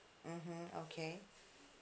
mmhmm okay